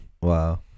Wow